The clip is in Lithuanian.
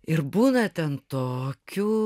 ir būna ten tokių